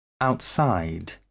Outside